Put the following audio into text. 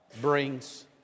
brings